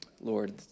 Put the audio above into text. Lord